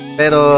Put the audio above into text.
pero